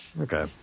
Okay